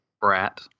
Brat